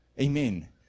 Amen